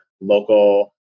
local